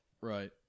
Right